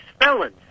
felons